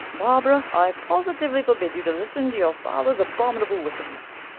barbara, i positively forbid you to listen to your father's abominable wickedness.